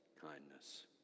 kindness